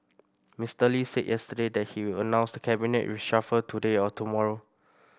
Mister Lee said yesterday that he will announce cabinet reshuffle today or tomorrow